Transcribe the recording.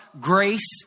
grace